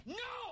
no